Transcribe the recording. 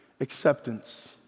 Acceptance